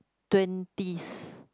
twenties